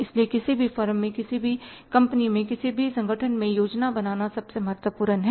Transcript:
इसलिए किसी भी फर्म में किसी भी कंपनी में किसी भी संगठन में योजना बनाना सबसे महत्वपूर्ण है